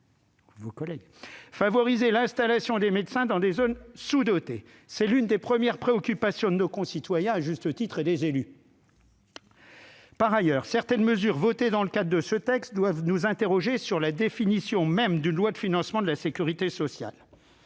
favoriser l'installation de médecins dans les zones sous-dotées. C'est l'une des premières préoccupations, à juste titre, de nos concitoyens et des élus. Par ailleurs, certaines mesures votées dans le cadre de ce texte doivent nous interroger sur la définition même d'une loi de financement de la sécurité sociale.